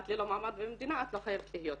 "את ללא מעמד במדינה, את לא חייבת להיות פה"